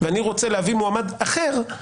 ואני רוצה להביא מועמד אחר,